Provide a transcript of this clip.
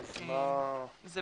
זו